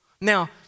Now